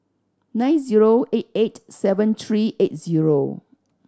nine zero eight eight seven three eight zero